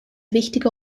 wichtige